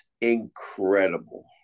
incredible